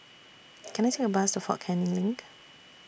Can I Take A Bus to Fort Canning LINK